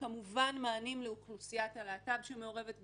כמובן גם מענים לאוכלוסיית הלהט"ב שמעורבת בזנות,